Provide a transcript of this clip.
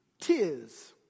Tis